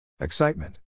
Excitement